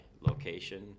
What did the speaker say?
location